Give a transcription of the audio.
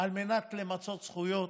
על מנת למצות זכויות.